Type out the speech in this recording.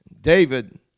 David